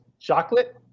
chocolate